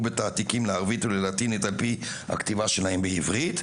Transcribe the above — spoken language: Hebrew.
בתעתיקים לערבית וללטינית על פי הכתיבה שלהם בעברית,